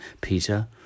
Peter